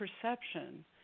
perception